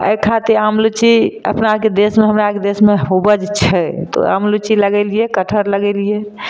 एहि खातिर आम लुच्ची अपना आरके देशमे हमरा आरके देशमे उपज छै तऽ आम लुच्ची लगेलिए कटहर लगेलिए